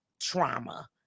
trauma